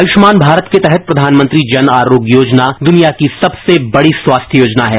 आयुष्मान भारत के तहत प्रधानमंत्री जन आरोग्य योजना दुनिया की सबसे बड़ी स्वास्थ्य योजना है